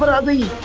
but of the